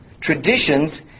traditions